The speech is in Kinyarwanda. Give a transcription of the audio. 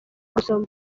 gusoma